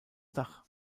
dach